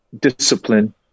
discipline